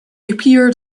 appeared